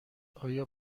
آیا